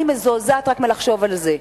אני מזועזעת רק מלחשוב על זה,